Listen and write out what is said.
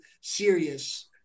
serious